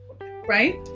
right